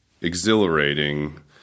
exhilarating